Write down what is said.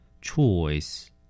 Choice